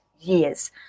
years